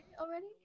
Already